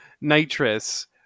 nitrous